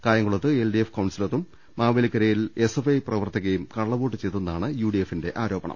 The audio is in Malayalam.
കായംകുളത്ത് എൽഡിഎഫ് കൌൺസലറും മാവേലിക്കര യിൽ എസ്എഫ്ഐ പ്രവർത്തകയും കള്ളവോട്ട് ചെയ്തെ ന്നാണ് യുഡിഎഫ് ആരോപണം